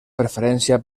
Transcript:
preferència